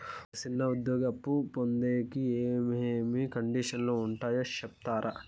ఒక చిన్న ఉద్యోగి అప్పు పొందేకి ఏమేమి కండిషన్లు ఉంటాయో సెప్తారా?